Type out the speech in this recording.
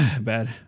Bad